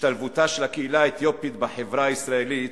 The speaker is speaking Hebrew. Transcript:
השתלבותה של הקהילה האתיופית בחברה הישראלית